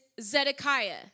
Zedekiah